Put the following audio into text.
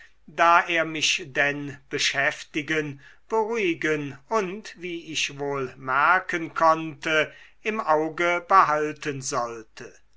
da er mich denn beschäftigen beruhigen und wie ich wohl merken konnte im auge behalten sollte